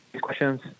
questions